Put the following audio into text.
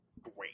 Great